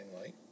Light